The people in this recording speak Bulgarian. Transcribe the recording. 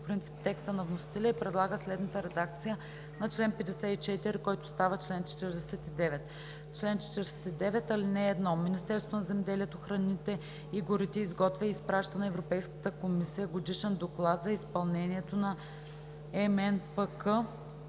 принцип текста на вносителя и предлага следната редакция на чл. 54, който става чл. 49: „Чл. 49. (1) Министерството на земеделието, храните и горите изготвя и изпраща на Европейската комисия годишен доклад за изпълнение на МНПК.